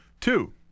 Two